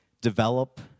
develop